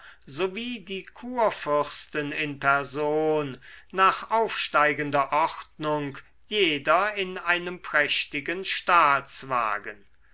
sowie die kurfürsten in person nach aufsteigender ordnung jeder in einem prächtigen